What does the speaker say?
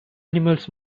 animals